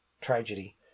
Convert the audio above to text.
tragedy